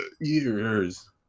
Years